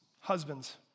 Husbands